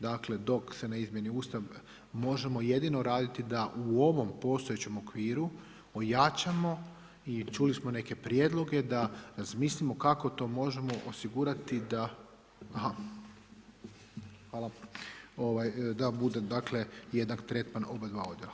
Dakle dok se ne izmijeni Ustav, možemo jedino raditi da u ovom postojećem okviru ojačamo i čuli smo neke prijedloge da razmislimo kako to možemo osigurati da bude jednak tretman oba dva odjela.